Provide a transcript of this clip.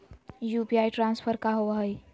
UPI transfer का होव हई?